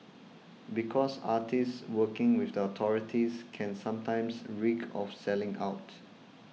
because artists working with the authorities can sometimes reek of selling out